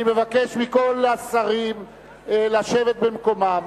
אני מבקש מכל השרים לשבת במקומם,